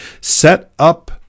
set-up